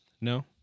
no